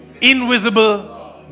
Invisible